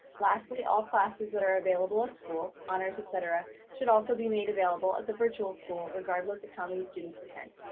lastly, all classes that are available at school, honors, et cetera, should also be made available at the virtual school regardless of how many students attend.